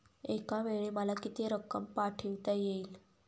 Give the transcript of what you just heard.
एकावेळी मला किती रक्कम पाठविता येईल?